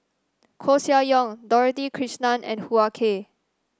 Koeh Sia Yong Dorothy Krishnan and Hoo Ah Kay